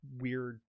weird